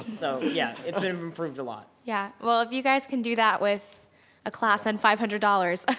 so yeah, it's been been proved a lot. yeah well, if you guys can do that with a class and five hundred dollars,